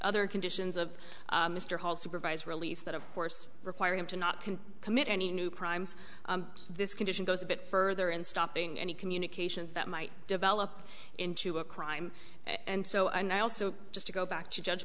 other conditions of mr hall supervised release that of course require him to not can commit any new crimes this condition goes a bit further in stopping any communications that might develop into a crime and so on i also just to go back to judge